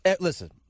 listen